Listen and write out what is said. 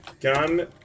Gun